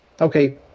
Okay